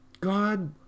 God